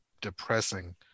depressing